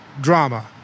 drama